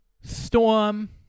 Storm